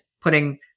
putting